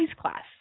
class